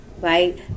right